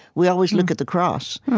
we always look at the cross.